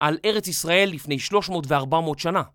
על ארץ ישראל לפני 300 ו-400 שנה.